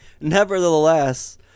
nevertheless